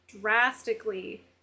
drastically